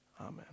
Amen